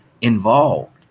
involved